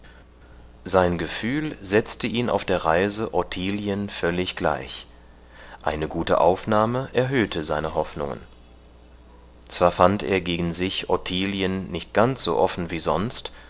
sein gefühl setzte ihn auf der reise ottilien völlig gleich eine gute aufnahme erhöhte seine hoffnungen zwar fand er gegen sich ottilien nicht ganz so offen wie sonst